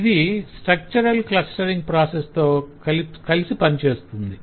ఇది structural clustering process తో కలిసి పనిచేస్తుంది